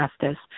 justice